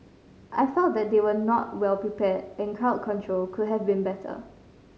I felt that they were not well prepared and crowd control could have been better